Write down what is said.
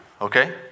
okay